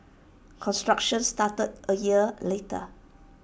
construction started A year later